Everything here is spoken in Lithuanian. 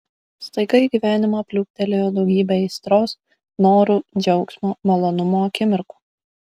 staiga į gyvenimą pliūptelėjo daugybė aistros norų džiaugsmo malonumo akimirkų